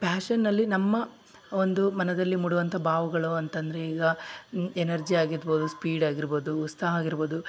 ಪ್ಯಾಶನ್ನಲ್ಲಿ ನಮ್ಮ ಒಂದು ಮನದಲ್ಲಿ ಮೂಡುವಂಥಾ ಭಾವಗಳು ಅಂತಂದರೆ ಈಗ ಎನರ್ಜಿಯಾಗಿರ್ಬೋದು ಸ್ಪೀಡಾಗಿರ್ಬೋದು ಉತ್ಸಾಹ ಆಗಿರ್ಬೋದು